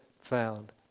found